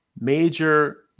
major